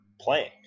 playing